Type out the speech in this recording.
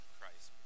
Christ